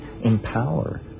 empower